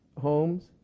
homes